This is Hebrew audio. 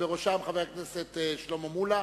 ובראשם חבר הכנסת שלמה מולה.